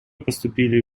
поступили